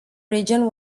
region